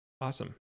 Awesome